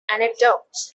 anecdotes